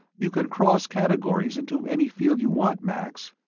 you can cross categories into any field you want, max.